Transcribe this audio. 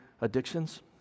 addictions